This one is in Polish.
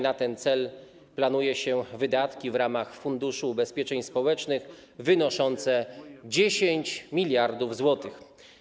Na ten cel planuje się wydatki w ramach Funduszu Ubezpieczeń Społecznych wynoszące 10 mld zł.